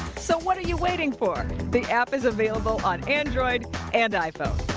so what are you waiting for. the app is available on android and iphone.